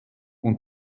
und